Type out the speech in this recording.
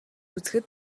үзэхэд